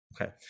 Okay